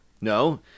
No